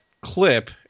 clip